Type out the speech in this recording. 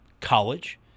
college